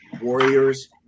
warriors